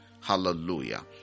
Hallelujah